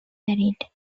buried